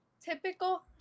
typical